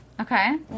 Okay